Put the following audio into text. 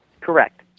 Correct